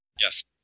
Yes